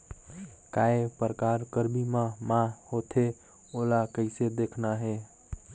काय प्रकार कर बीमा मा होथे? ओला कइसे देखना है?